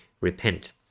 repent